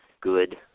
good